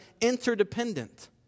interdependent